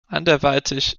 anderweitig